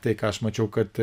tai ką aš mačiau kad